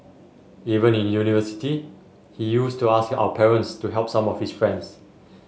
even in university he used to ask our parents to help some of his friends